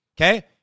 okay